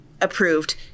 approved